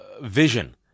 vision